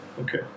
Okay